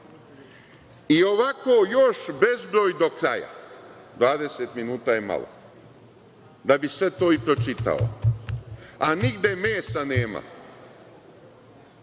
I ovako još bezbroj do kraja, 20 minuta je malo da bi sve to i pročitao, a nigde mesa nema.